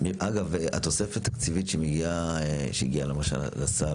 התוספת התקציבית שהגיעה לסל,